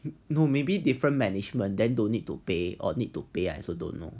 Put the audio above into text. no maybe different management then don't need to pay or need to pay I also don't know